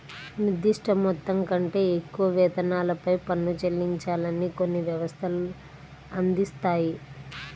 నిర్దిష్ట మొత్తం కంటే ఎక్కువ వేతనాలపై పన్ను చెల్లించాలని కొన్ని వ్యవస్థలు అందిస్తాయి